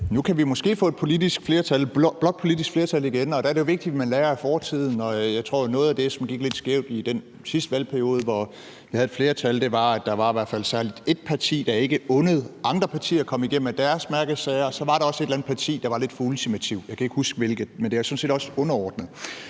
Tak for det. Nu kan vi måske få et blåt politisk flertal igen, og der er det jo vigtigt, at man lærer af fortiden, og jeg tror jo, at noget af det, som gik lidt skævt i den sidste valgperiode, hvor vi havde et flertal, var, at der var i hvert fald særlig et parti, der ikke undte andre partier at komme gennem med deres mærkesager, og så var der også et eller andet parti, der var lidt for ultimativt; jeg kan ikke huske hvilket, men det er sådan set også underordnet.